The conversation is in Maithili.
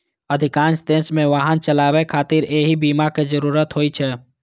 अधिकांश देश मे वाहन चलाबै खातिर एहि बीमा के जरूरत होइ छै